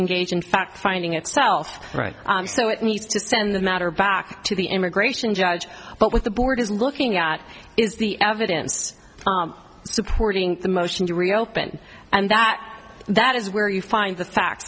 engage in fact finding itself right so it needs to send the matter back to the immigration judge but with the board is looking at is the evidence supporting the motion to reopen and that that is where you find the facts